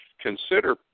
consider